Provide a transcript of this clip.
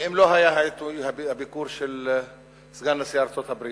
ואם לא היה העיתוי הביקור של סגן נשיא ארצות-הברית,